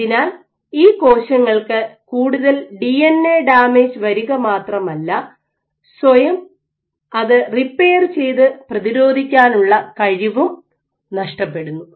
അതിനാൽ ഈ കോശങ്ങൾക്ക് കൂടുതൽ ഡിഎൻഎ ഡാമേജ് വരുക മാത്രമല്ല സ്വയം അത് റിപ്പയർ ചെയ്ത് പ്രതിരോധിക്കാനുള്ള കഴിവും നഷ്ടപ്പെടുന്നു